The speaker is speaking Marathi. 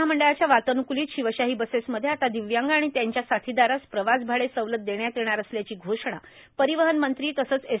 महामंडळाच्या वातान्कूलीत शिवशाही बसेसमध्ये आता दिव्यांग आणि त्यांच्या साथीदारास प्रवासभाडे सवलत देण्यात येणार असल्याची घोषणा परिवहन मंत्री तसंच एस